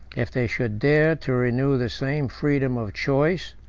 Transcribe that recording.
if they should dare to renew the same freedom of choice,